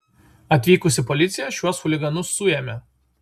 atvykusi policija šiuos chuliganus suėmė